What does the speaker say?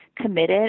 committed